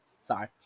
sorry